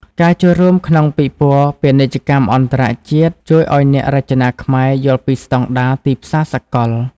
ការចូលរួមក្នុងពិព័រណ៍ពាណិជ្ជកម្មអន្តរជាតិ ជួយឱ្យអ្នករចនាខ្មែរយល់ពីស្តង់ដារទីផ្សារសកល។